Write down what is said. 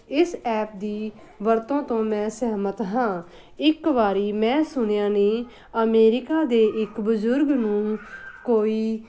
ਇਸ ਐਪ ਦੀ ਵਰਤੋਂ ਤੋਂ ਮੈਂ ਸਹਿਮਤ ਹਾਂ ਇੱਕ ਵਾਰੀ ਮੈਂ ਸੁਣਿਆ ਨੇ ਅਮੇਰੀਕਾ ਦੇ ਇੱਕ ਬਜ਼ੁਰਗ ਨੂੰ ਕੋਈ